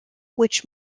which